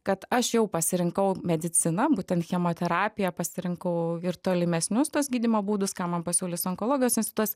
kad aš jau pasirinkau mediciną būtent chemoterapiją pasirinkau ir tolimesnius tuos gydymo būdus ką man pasiūlys onkologijos institutas